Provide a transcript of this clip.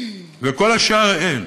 כל השאר, אין.